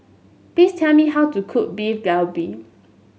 please tell me how to cook Beef Galbi